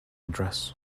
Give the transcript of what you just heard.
dress